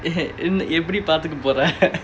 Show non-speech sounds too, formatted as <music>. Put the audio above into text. எப்பிடி பாத்துக்க போற:eppidi paathukka pora <noise>